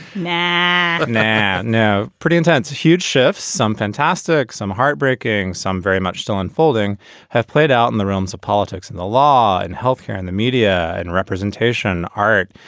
yeah now now pretty intense. huge shifts, some fantastic, some heartbreaking, some very much still unfolding have played out in the realms of politics and the law and health care and the media and representation art,